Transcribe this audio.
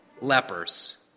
lepers